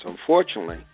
unfortunately